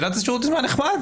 עילת הסבירות נשמע נחמד,